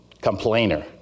complainer